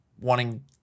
wanting